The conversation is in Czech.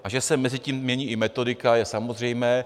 A že se mezitím mění i metodika, je samozřejmé.